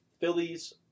Phillies